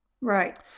Right